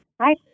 Hi